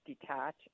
detach